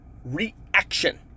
reaction